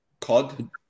Cod